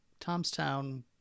tomstown